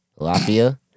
Latvia